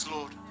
Lord